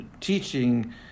Teaching